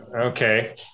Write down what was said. Okay